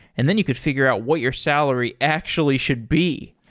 and then you could figure out what your salary actually should be.